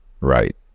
right